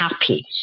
happy